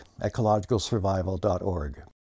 EcologicalSurvival.org